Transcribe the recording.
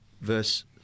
verse